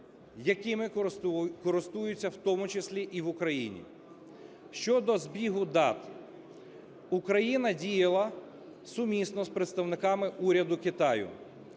якими користуються в тому числі і в Україні. Щодо збігу дат. Україна діяла сумісно з представниками уряду Китаю.